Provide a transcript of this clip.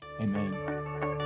amen